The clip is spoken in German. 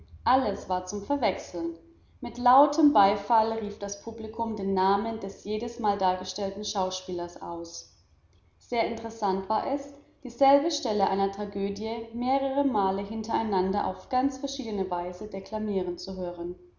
alles war zum verwechseln mit lautem beifall rief das publikum den namen des jedes mal dargestellten schauspielers aus sehr interessant war es dieselbe stelle einer tragödie mehrere mal hintereinander auf ganz verschiedene weise deklamieren zu hören